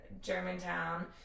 germantown